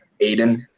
aiden